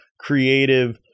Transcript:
creative